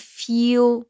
feel